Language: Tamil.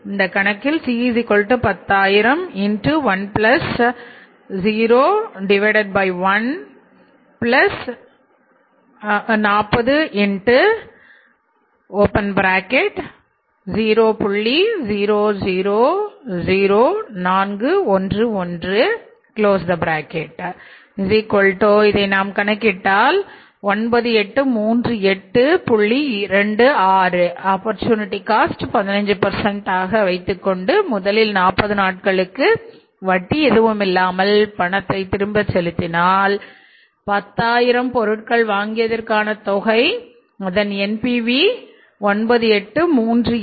இந்த கணக்கில் C1000010140X 15 ஆக வைத்துக் கொண்டு முதலில் 40 நாட்களுக்கு வட்டி எதுவும் இல்லாமல் பணத்தை திரும்ப செலுத்தினால் 10000 பொருட்கள் வாங்கியதற்கான தொகை அதன் NPV 9838